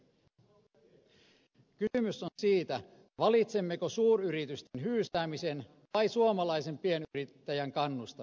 kysymys on siitä valitsemmeko suuryritysten hyysäämisen vai suomalaisen pienyrittäjän kannustamisen